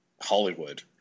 Hollywood